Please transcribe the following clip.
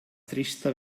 trista